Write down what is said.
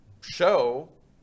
show